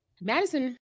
Madison